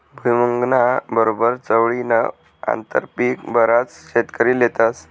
भुईमुंगना बरोबर चवळीनं आंतरपीक बराच शेतकरी लेतस